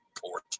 port